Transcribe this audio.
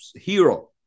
hero